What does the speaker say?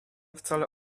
wcale